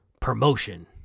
promotion